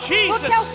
Jesus